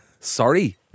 Sorry